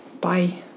Bye